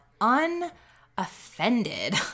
unoffended